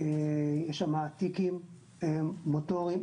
יש שם תיקים מוטוריים.